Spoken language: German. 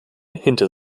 hinter